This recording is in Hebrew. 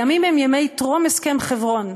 הימים הם ימי טרום הסכם חברון,